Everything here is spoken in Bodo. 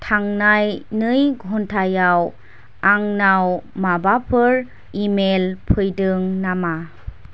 थांनाय नै घन्टायाव आंनाव माबाफोर इमेल फैदों नामा